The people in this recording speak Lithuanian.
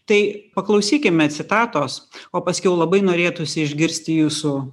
tai paklausykime citatos o paskiau labai norėtųsi išgirsti jūsų